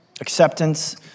acceptance